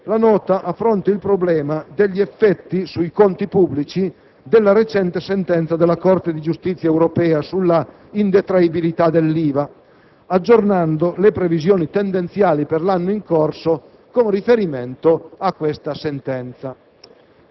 La Nota affronta il problema degli effetti sui conti pubblici della recente sentenza della Corte di giustizia europea sulla indetraibilità dell'IVA, aggiornando le previsioni tendenziali per l'anno in corso con riferimento a tale sentenza.